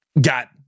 got